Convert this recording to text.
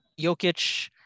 Jokic